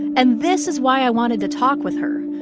and this is why i wanted to talk with her.